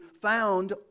found